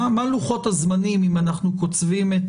מה לוחות הזמנים אם אנחנו קוצבים את